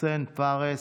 וחסיין פארס.